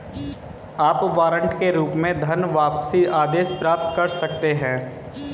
आप वारंट के रूप में धनवापसी आदेश प्राप्त कर सकते हैं